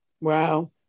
Wow